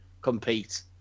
compete